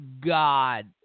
God